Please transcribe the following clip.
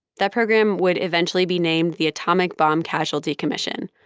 that program would eventually be named the atomic bomb casualty commission,